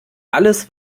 alles